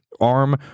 arm